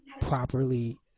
properly